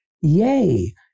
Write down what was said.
Yay